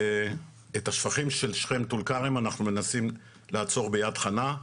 את השפכים של שכם וטול כרם אנחנו מנסים לעצור ביד חנה,